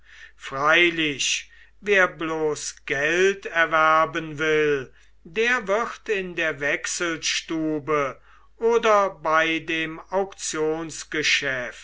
freilich wer bloß geld erwerben will der wird in der wechselstube oder bei dem